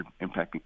impacting